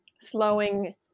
slowing